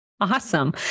Awesome